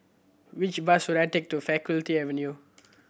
which bus should I take to Faculty Avenue